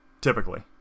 typically